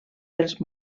dels